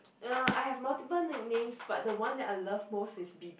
uh I have multiple nickname but the one that I love most is B_B